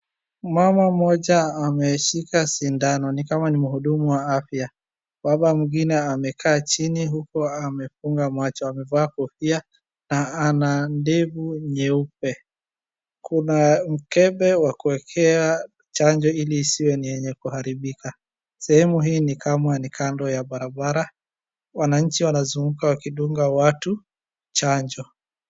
Mama mmoja ameshika sindano. Ni kama ni mhudumu wa afya. Baba mwingine amekaa chini huku amefunga macho. Amevaa kofia na ana ndevu nyeupe. Kuna mkebe wa kuwekea chanjo ili isiwe ni yenye kuharibika. Sehemu hii ni kama ni kando ya barabara, wananchi wanazunguka wakidunga watu chanjo.